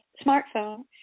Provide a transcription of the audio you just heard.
smartphone